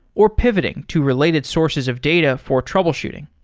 or pivoting to related sources of data for troubleshooting.